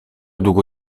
długo